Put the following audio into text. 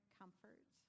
comfort